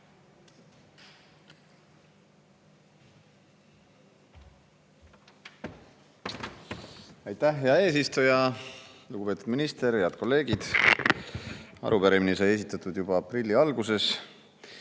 Aitäh, hea eesistuja! Lugupeetud minister! Head kolleegid! Arupärimine sai esitatud juba aprilli alguses.